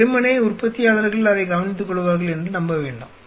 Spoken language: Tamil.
வெறுமனே உற்பத்தியாளர்கள் அதை கவனித்துக்கொள்வார்கள் என்று நம்ப வேண்டாம்